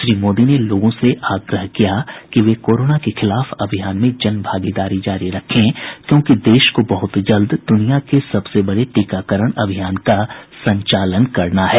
श्री मोदी ने लोगों से आग्रह किया कि वे कोरोना के खिलाफ अभियान में जनभागीदारी जारी रखें क्योंकि देश को बहुत जल्द दुनिया के सबसे बड़े टीकाकरण अभियान का संचालन करना है